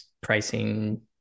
pricing